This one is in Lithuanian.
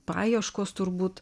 paieškos turbūt